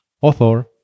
author